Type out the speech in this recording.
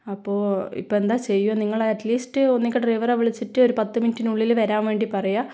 അപ്പോൾ ഇപ്പോൾ എന്താണ് ചെയ്യുക നിങ്ങൾ അറ്റ്ലീസ്റ്റ് ഒന്ന് നിങ്ങൾക്ക് ഡ്രൈവറെ വിളിച്ചിട്ട് ഒരു പത്തു മിനിറ്റിനുള്ളിൽ വരാൻ വേണ്ടി പറയുക